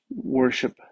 worship